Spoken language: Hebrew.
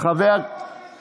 ראש ממשלה מדבר,